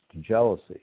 jealousy